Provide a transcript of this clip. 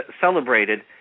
celebrated